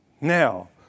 Now